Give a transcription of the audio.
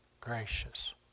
gracious